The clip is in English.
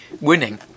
winning